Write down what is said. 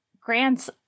grants